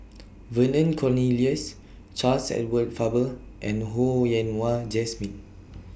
Vernon Cornelius Charles Edward Faber and Ho Yen Wah Jesmine